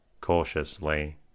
cautiously